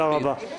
תודה רבה.